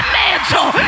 mantle